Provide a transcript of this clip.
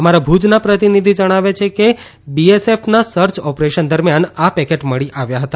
અમારા ભુજ પ્રતિનિધિ જણાવે છે કે બીએસએફના સર્ચ ઓપરેશન દરમિયાન આ પેકેટ મળી આવ્યા હતા